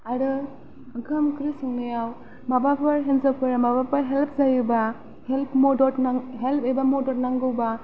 आरो ओंखाम ओंख्रि संनायाव माबाफोर हिनजावफोरा माबाफोर हेल्प जायोब्ला हेल्प मदद हेल्प एबा मदद नांगौब्ला